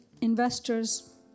investors